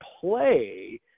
play